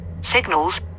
Signals